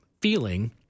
feeling